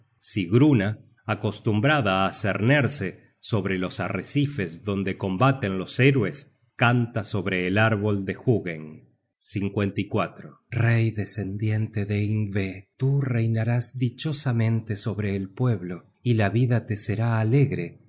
rey sigruna acostumbrada á cernerse sobre los arrecifes donde combaten los héroes canta sobre el árbol de hugen rey descendiente de yngvé tú reinarás dichosamente sobre el pueblo y la vida te será alegre